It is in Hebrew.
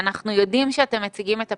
אנחנו יודעים שאתם מציגים את הפילוח,